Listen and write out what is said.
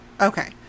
Okay